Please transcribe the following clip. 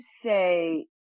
say